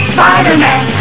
Spider-Man